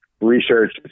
research